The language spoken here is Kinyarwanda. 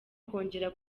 kongera